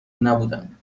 نبودم